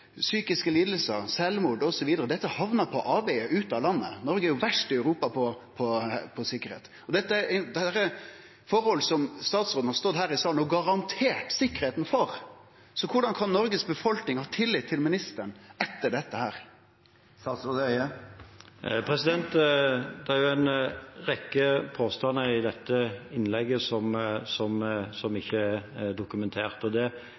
psykiske lidingar, sjølvmord osv.? Dette har hamna på avvegar, ut av landet. Noreg er verst i Europa når det gjeld sikkerheit. Og dette er forhold som statsråden har stått her i salen og garantert sikkerheita for. Korleis kan Noregs befolkning ha tillit til ministeren etter dette? Det er en rekke påstander i dette innlegget som ikke er dokumentert. Jeg tror det